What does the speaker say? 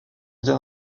bien